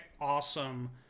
awesome